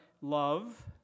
love